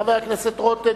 חבר הכנסת רותם,